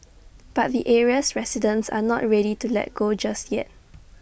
but the area's residents are not ready to let go just yet